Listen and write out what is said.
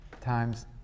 times